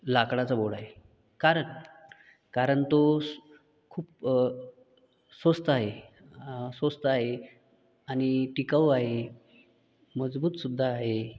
लाकडाचा बोर्ड आहे कारण कारण तो स स्वस्त आहे स्वस्त आहे आणि टिकाऊ आहे मजबूत सुद्धा आहे